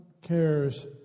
cares